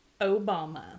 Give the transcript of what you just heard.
obama